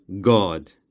God